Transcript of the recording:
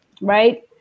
Right